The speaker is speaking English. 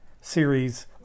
series